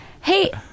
Hey